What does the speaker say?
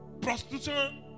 Prostitution